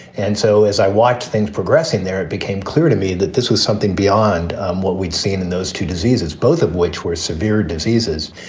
and so as i watch things progressing there, it became clear to me that this was something beyond what we'd seen in those two diseases, both of which were severe diseases.